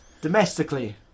domestically